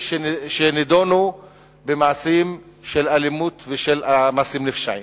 שנידונו על מעשים של אלימות ועל מעשים נפשעים.